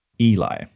Eli